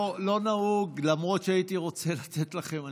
לא נהוג, למרות שהייתי רוצה לתת לכם.